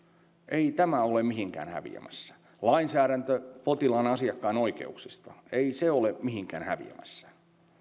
ei tämä ole mihinkään häviämässä lainsäädäntö potilaan asiakkaan oikeuksista ei se ole mihinkään häviämässä